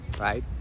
right